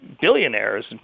billionaires